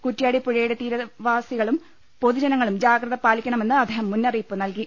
കുറ്റ്യാടി പുഴയുടെ തീരദേശവാസികളും പൊതുജനങ്ങളും ജാഗ്രത് പാലിക്കണമെന്ന് അദ്ദേഹം മുന്നറിയിപ്പ് നൽകി